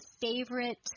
favorite